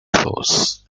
floors